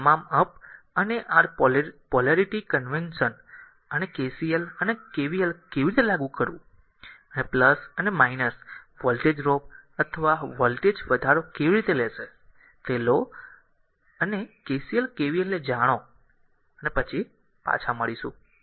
અને તમામ અપ અને r પોલેરિટી કન્વેન્શન અને KCL અને KVL કેવી રીતે લાગુ કરવું અને વોલ્ટેજ ડ્રોપ અથવા વોલ્ટેજ વધારો કેવી રીતે લેશે તે લો અને r KCL અને KVL જાણો અને ફરી પાછા આવીશું